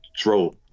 throw